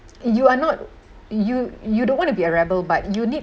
you are not you you don't want to be a rebel but you need